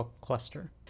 cluster